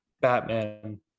batman